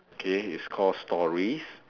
okay it's called stories